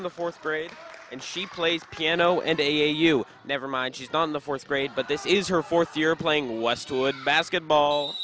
in the fourth grade and she plays piano and a a you never mind she's on the fourth grade but this is her fourth year playing westwood basketball